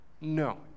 No